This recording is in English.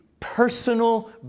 personal